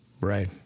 Right